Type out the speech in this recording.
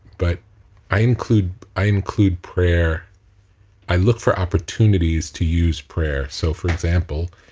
but i include i include prayer i look for opportunities to use prayer. so for example,